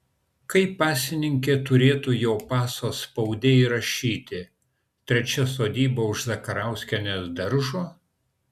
kaip pasininkė turėtų jo paso spaude įrašyti trečia sodyba už zakarauskienės daržo